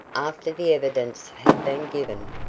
after the evidence had been given,